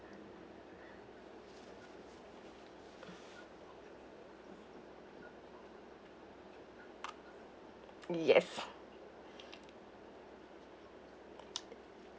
yes